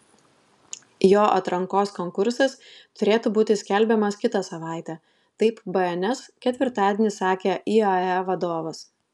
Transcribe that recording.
jo atrankos konkursas turėtų būti skelbiamas kitą savaitę taip bns ketvirtadienį sakė iae vadovas